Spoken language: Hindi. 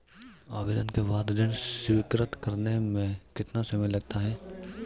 आवेदन के बाद ऋण स्वीकृत करने में कितना समय लगता है?